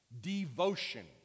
devotion